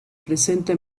presenta